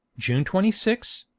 june twenty six,